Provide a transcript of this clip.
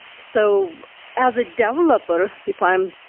so as a developer, if i'm